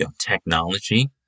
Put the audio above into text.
technology